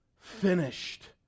finished